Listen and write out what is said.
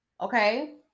okay